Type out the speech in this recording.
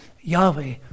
Yahweh